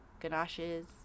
ganaches